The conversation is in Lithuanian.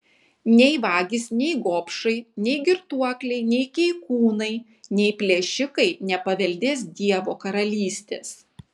nei vagys nei gobšai nei girtuokliai nei keikūnai nei plėšikai nepaveldės dievo karalystės